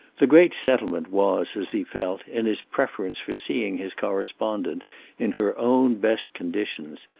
the great settlement was, as he felt, in his preference for seeing his correspondent in her own best conditions.